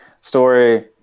Story